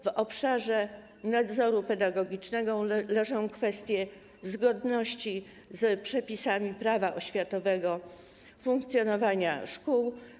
W obszarze nadzoru pedagogicznego leżą kwestie zgodności z przepisami Prawa oświatowego, funkcjonowania szkół.